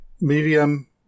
medium